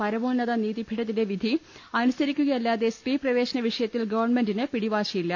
പരമോന്നത നീതി പീഠത്തിന്റെ വിധി അനുസരിക്കുകയല്ലാതെ സ്ത്രീ പ്രവേശന വിഷയത്തിൽ ഗവൺമെന്റിന് പിടിവാശിയില്ല